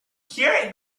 cure